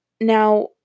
Now